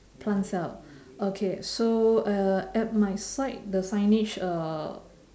plant cell okay so uh at my side the signage uh